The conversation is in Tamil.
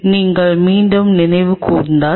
எனவே நீங்கள் மீண்டும் நினைவு கூர்ந்தால்